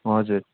हजुर